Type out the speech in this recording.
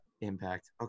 impact